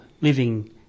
living